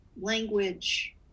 language